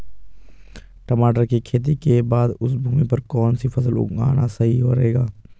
टमाटर की खेती के बाद उस भूमि पर कौन सी फसल उगाना सही रहेगा?